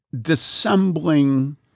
dissembling